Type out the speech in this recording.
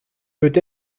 peut